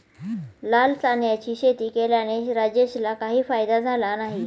लाल चण्याची शेती केल्याने राजेशला काही फायदा झाला नाही